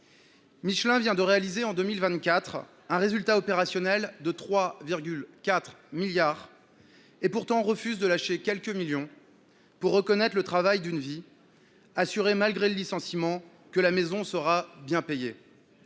Michelin vient de réaliser, en 2024, un résultat opérationnel de 3,4 milliards d’euros. Et ce groupe refuse de lâcher quelques millions d’euros pour reconnaître le travail d’une vie, assurer, malgré le licenciement, que la maison sera bien payée.